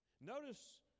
Notice